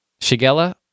Shigella